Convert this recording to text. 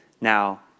Now